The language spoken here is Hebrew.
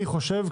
אני חושב,